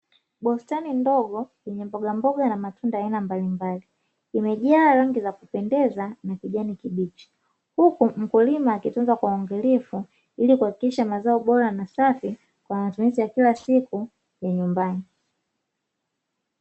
Bustani ndogo yenye mbogamboga na matunda aina mbalimbali imejaa rangi za kupendeza na kijani kibichi, huku mkulima akitunza kwa uangalifu hili kuhakikisha mazao bora na safi kwa matumizi ya kila siku ya nyumbani.